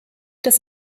das